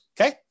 okay